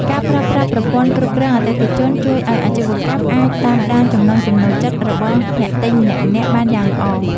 ការប្រើប្រាស់ប្រព័ន្ធគ្រប់គ្រងអតិថិជនជួយឱ្យអាជីវកម្មអាចតាមដានចំណង់ចំណូលចិត្តរបស់អ្នកទិញម្នាក់ៗបានយ៉ាងល្អ។